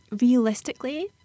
realistically